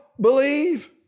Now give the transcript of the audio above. believe